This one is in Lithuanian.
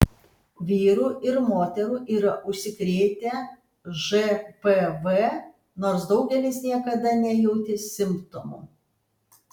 vyrų ir moterų yra užsikrėtę žpv nors daugelis niekada nejautė simptomų